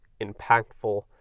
impactful